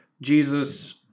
jesus